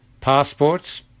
Passports